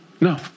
No